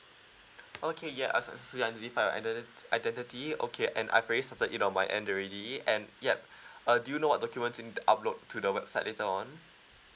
okay yeah I successfully identify your identi~ identity okay and I've already started it on my end already and yup uh do you know what documents you need to upload to the website later on